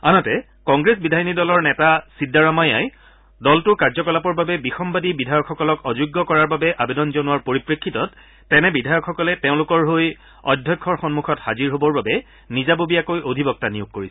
আনহাতে কংগ্ৰেছ বিধায়িনী দলৰ নেতা ছিদ্দাৰামায়াই দলটোৰ কাৰ্যকলাপৰ বাবে বিসম্বাদী বিধায়কসকলক অযোগ্য ঘোষণা কৰাৰ বাবে আৱেদন জনোৱাৰ পৰিপ্ৰেফিতত তেনে বিধায়কসকলে তেওঁলোকৰ হৈ অধ্যক্ষৰ সন্মুখত হাজিৰ হ'বৰ বাবে নিজাববীয়াকৈ অধিবক্তা নিয়োগ কৰিছে